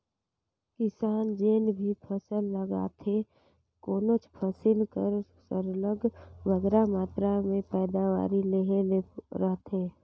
किसान जेन भी फसल उगाथे कोनोच फसिल कर सरलग बगरा मातरा में पएदावारी लेहे ले रहथे